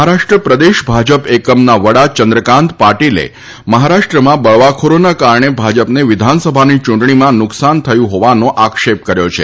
મહારાષ્ટ્ર પ્રદેશ ભાજપ એકમના વડા ચંદ્રકાંત પાટીલે મહારાષ્ટ્રમાં બળવાખોરોના કારણે ભાજપને વિધાનસભાની ચૂંટણીમાં નુકશાન થયું હોવાનો આક્ષેપ કર્યો છે